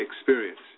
experience